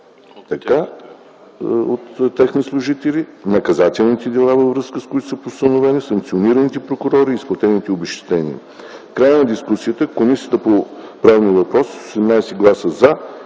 причините за тях, наказателните дела, във връзка с които са постановени, санкционираните прокурори, изплатените обезщетения. В края на дискусията Комисията по правни въпроси с 18 гласа „за”